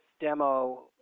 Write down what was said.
demo